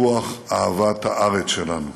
ובטיפוח אהבת הארץ שלנו.